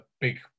big